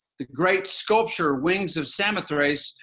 the great sculpture wings of samothrace,